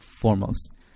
foremost